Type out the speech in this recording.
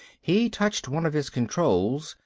he touched one of his controls,